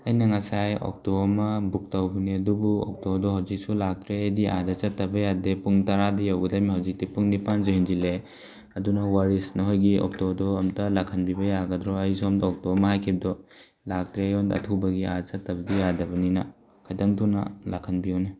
ꯑꯩꯅ ꯉꯁꯥꯏ ꯑꯣꯛꯇꯣ ꯑꯃ ꯕꯨꯛ ꯇꯧꯕꯅꯦ ꯑꯗꯨꯕꯨ ꯑꯣꯛꯇꯣꯗꯣ ꯍꯧꯖꯤꯛꯁꯨ ꯂꯥꯛꯇ꯭ꯔꯦ ꯑꯩꯗꯤ ꯑꯥꯗ ꯆꯠꯇꯕ ꯌꯥꯗꯦ ꯄꯨꯡ ꯇꯔꯥꯗ ꯌꯧꯒꯗꯕꯅꯤ ꯍꯧꯖꯤꯛꯇꯤ ꯄꯨꯡ ꯅꯤꯄꯥꯟꯁꯨ ꯍꯦꯟꯖꯤꯜꯂꯛꯑꯦ ꯑꯗꯨꯅ ꯋꯥꯔꯤꯁ ꯅꯈꯣꯏꯒꯤ ꯑꯣꯛꯇꯣꯗꯣ ꯑꯝꯇ ꯂꯥꯛꯍꯟꯕꯤꯕ ꯌꯥꯒꯗ꯭ꯔꯣ ꯑꯩ ꯁꯣꯝꯗ ꯑꯣꯛꯇꯣ ꯑꯃ ꯍꯥꯏꯈꯤꯕꯗꯣ ꯂꯥꯏꯇ꯭ꯔꯦ ꯑꯩꯉꯣꯟꯗ ꯑꯊꯨꯕꯒꯤ ꯑꯥ ꯆꯠꯇꯕꯗꯤ ꯌꯥꯗꯕꯅꯤꯅ ꯈꯤꯇꯪ ꯊꯨꯅ ꯂꯥꯛꯍꯟꯕꯤꯌꯨꯅꯦ